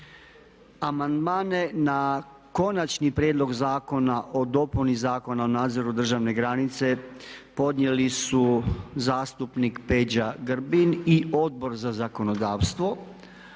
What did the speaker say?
Amandmane na konačni prijedlog zakona o dopuni Zakona o nadzoru državne granice podnijeli su zastupnik Peđa Grbin i Odbor za zakonodavstvo.